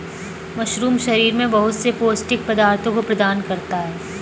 mushroom शरीर में बहुत से पौष्टिक पदार्थों को प्रदान करता है